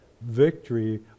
victory